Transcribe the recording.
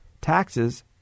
taxes